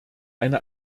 eine